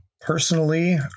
Personally